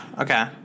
okay